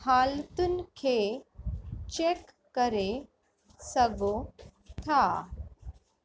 हालतुनि खे चैक करे सघो था